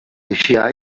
eixe